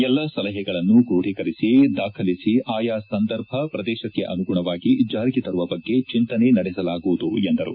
ಎಲ್ಲಾ ಸಲಹೆಗಳನ್ನು ಕ್ರೋಢೀಕರಿಸಿ ದಾಖಲಿಸಿ ಆಯಾ ಸಂದರ್ಭ ಪ್ರದೇಶಕ್ಕೆ ಅನುಗುಣವಾಗಿ ಜಾರಿಗೆ ತರುವ ಬಗ್ಗೆ ಚಿಂತನೆ ನಡೆಸಲಾಗುವುದು ಎಂದರು